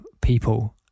people